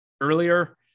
earlier